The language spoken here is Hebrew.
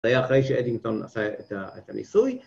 זה היה אחרי שאדינגטון עשה את הניסוי